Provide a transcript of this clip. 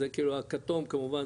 הכתום כמובן,